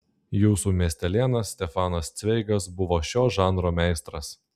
jūsų miestelėnas stefanas cveigas buvo šio žanro meistras